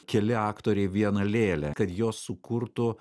keli aktoriai vieną lėlę kad jos sukurtų